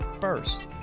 First